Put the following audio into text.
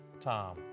Tom